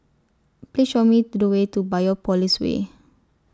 Please Show Me The Way to Biopolis Way